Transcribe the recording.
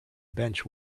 bench